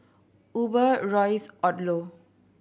Uber Royce Odlo